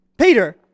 Peter